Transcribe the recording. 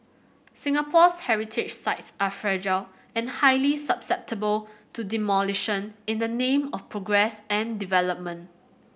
Singapore's heritage sites are fragile and highly susceptible to demolition in the name of progress and development